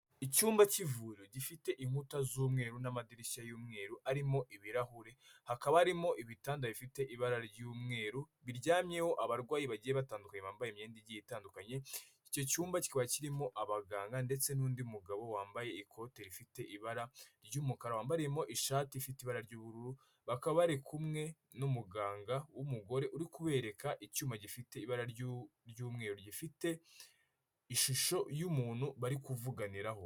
Icyumba cy'ivuriro gifite inkuta z'umweru n'amadirishya y'umweru arimo ibirahure, hakaba harimo ibitanda bifite ibara ry'umweru biryamyeho abarwayi bagiye batandukanye bambaye imyenda igiye itandukanye, icyo cyumba kikaba kirimo abaganga ndetse n'undi mugabo wambaye ikote rifite ibara ry'umukara, wambariyemo ishati ifite ibara ry'ubururu, bakaba bari kumwe n'umuganga w'umugore uri kubereka icyuma gifite ibara ry'umweru gifite ishusho y'umuntu bari kuvuganiraho.